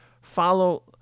follow